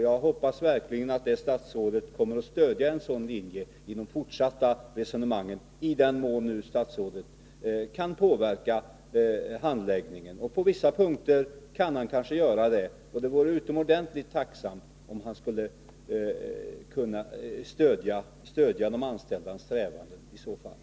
Jag hoppas verkligen att statsrådet kommer att stödja en sådan linje i de fortsatta resonemangen, i den mån statsrådet nu kan påverka handläggningen. På vissa punkter kan han kanske göra det, och det vore utomordentligt tacksamt, om han skulle kunna stödja de anställdas strävanden.